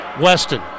Weston